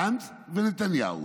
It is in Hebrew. גנץ ונתניהו.